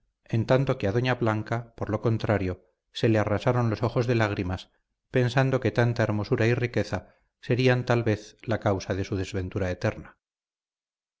en tanto que a doña blanca por lo contrario se le arrasaron los ojos de lágrimas pensando que tanta hermosura y riqueza serían tal vez la causa de su desventura eterna